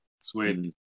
Sweet